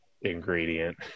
ingredient